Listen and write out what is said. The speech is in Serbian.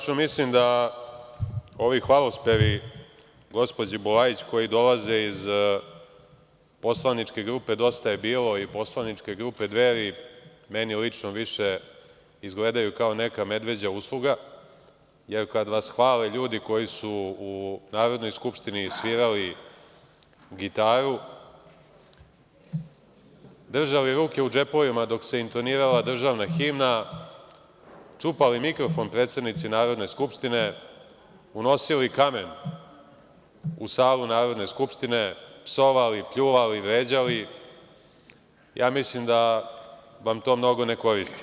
Lično mislim da ovi hvalospevi gospođi Bulajić koji dolaze iz Poslaničke grupe „Dosta je bilo“ i Poslaničke grupe „Dveri“ meni lično više izgledaju kao neka medveđa usluga, jer kad vas hvale ljudi koji su u Narodnoj skupštini svirali gitaru, držali ruke u džepovima dok se intonirala državna himna, čupali mikrofon predsednici Narodne skupštine, unosili kamen u salu Narodne skupštine, psovali, pljuvali, vređali, ja mislim da vam to mnogo ne koristi.